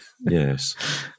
Yes